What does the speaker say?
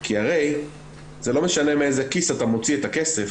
כי הרי זה לא משנה מאיזה כיס אתה מוציא את הכסף.